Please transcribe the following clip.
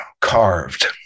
carved